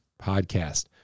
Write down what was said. podcast